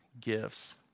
gifts